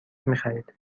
میخرید